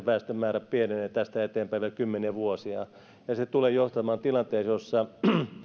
väestön määrä pienenee tästä eteenpäin vielä kymmeniä vuosia ja se tulee johtamaan tilanteeseen jossa